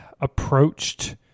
approached